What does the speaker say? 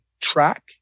track